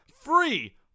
free